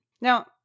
Now